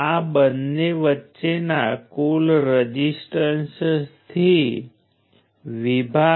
અને આપણે લાક્ષણિકતાઓ અને પેસીવીટી ઉપરની અસરો તરીકે પણ ચર્ચા કરી